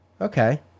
Okay